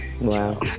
Wow